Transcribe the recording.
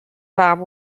fam